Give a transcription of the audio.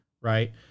right